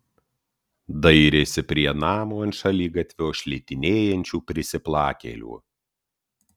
dairėsi prie namo ant šaligatvio šlitinėjančių prisiplakėlių